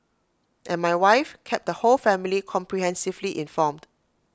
and my wife kept the whole family comprehensively informed